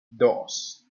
dos